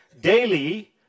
Daily